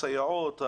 הסייעות,